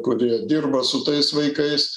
kurie dirba su tais vaikais